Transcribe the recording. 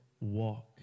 walk